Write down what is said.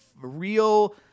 real